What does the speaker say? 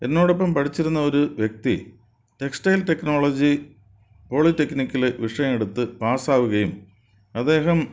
എന്നോടൊപ്പം പഠിച്ചിരുന്ന ഒരു വ്യക്തി ടെക്സ്റ്റയിൽ ടെക്നോളജി പോളിടെക്നിക്കിൽ വിഷയം എടുത്തു പാസാകുകയും അദ്ദേഹം